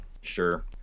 Sure